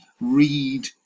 read